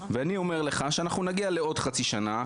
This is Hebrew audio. ואני אומר לך שאנחנו נגיע לעוד חצי שנה,